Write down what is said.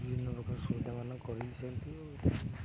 ବିଭିନ୍ନ ପ୍ରକାର ସୁବିଧାମାନ କରିଛନ୍ତି ଆଉ